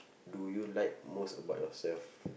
do you like most about yourself